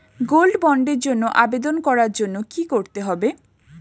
Gold বন্ডের জন্য আবেদন করার জন্য কি করতে হবে?